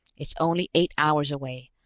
it's only eight hours away,